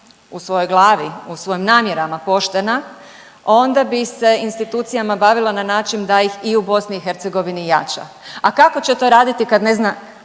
u svojoj glavi, u svojim namjerama poštena onda bi se institucijama bavila na način da ih i u BiH jača. A kako će to raditi kad ne zna